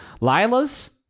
Lila's